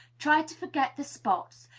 tried to forget the spots,